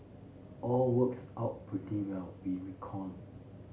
all works out pretty well we reckon